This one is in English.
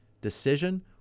decision